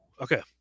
Okay